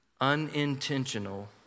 unintentional